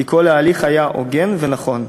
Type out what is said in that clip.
כי כל ההליך היה הוגן ונכון.